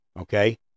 okay